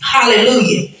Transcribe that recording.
Hallelujah